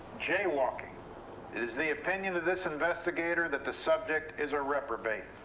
jaywalking. it is the opinion of this investigator that the subject is a reprobate.